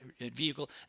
vehicle